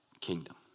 kingdom